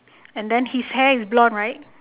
and then his hair is blonde right